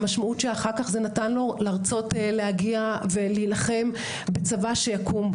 המשמעות שאחר כך זה נתן לו לרצות להגיע ולהילחם בצבא שיקום.